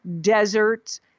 deserts